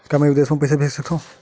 का मैं विदेश म पईसा भेज सकत हव?